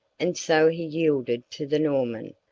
and so he yielded to the norman,